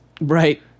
Right